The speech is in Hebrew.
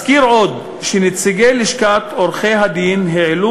אזכיר עוד שנציגי לשכת עורכי-הדין העלו